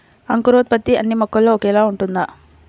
అంకురోత్పత్తి అన్నీ మొక్కల్లో ఒకేలా ఉంటుందా?